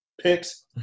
picks